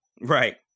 Right